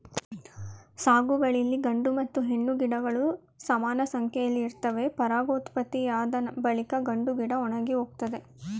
ಸಾಗುವಳಿಲಿ ಗಂಡು ಮತ್ತು ಹೆಣ್ಣು ಗಿಡಗಳು ಸಮಾನಸಂಖ್ಯೆಲಿ ಇರ್ತವೆ ಪರಾಗೋತ್ಪತ್ತಿಯಾದ ಬಳಿಕ ಗಂಡುಗಿಡ ಒಣಗಿಹೋಗ್ತದೆ